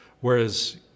Whereas